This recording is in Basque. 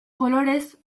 kolorez